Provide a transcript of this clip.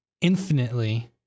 Infinitely